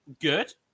good